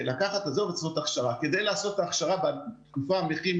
הבקשה הגדולה בנושא הזה היא לתת טווח זמן ארוך יותר לאיוש התקנים,